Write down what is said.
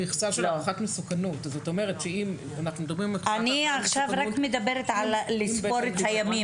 אני עכשיו רק מדברת על לספור את הימים.